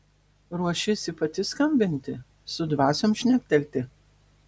ruošiesi pati skambinti su dvasiom šnektelti